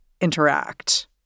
interact